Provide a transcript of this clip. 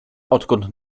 odkąd